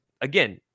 again